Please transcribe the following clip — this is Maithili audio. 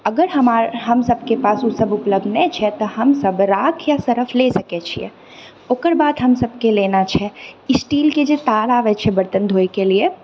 अगर हमार हम सभके पास ओ सभ उपलब्ध नहि छै तऽ हम सभ राख या सर्फ लए सकै छियै ओकर बाद हमसभके लेना छै स्टीलके जे तार आबै छै बर्तन धोइके लिए